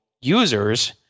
users